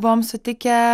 buvom sutikę